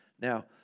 Now